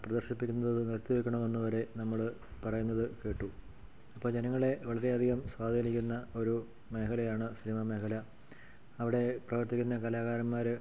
പ്രദർശിപ്പിക്കുന്നത് നിർത്തി വെക്കണമെന്നു വരെ നമ്മൾ പറയുന്നത് കേട്ടു അപ്പം ജനങ്ങളെ വളരെയധികം സ്വാധീനിക്കുന്ന ഒരു മേഘലയാണ് സിനിമ മേഘല അവിടേ പ്രവർത്തിക്കുന്ന കലാകാരന്മാർ